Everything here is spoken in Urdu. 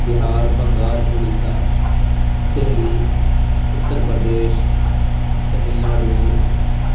بہار بنگال اڑیسہ دہلی اترپردیش تمل ناڈو